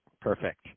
Perfect